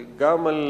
גם על